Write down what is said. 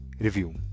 Review